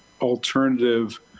alternative